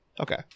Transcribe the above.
okay